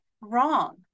wrong